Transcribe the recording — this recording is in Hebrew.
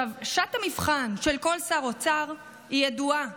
שעת המבחן של כל שר אוצר ידועה,